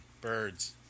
birds